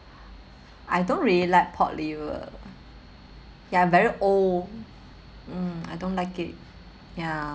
I don't really like pork liver ya very old mm I don't like it ya